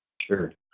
Sure